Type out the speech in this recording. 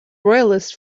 royalists